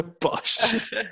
Bosh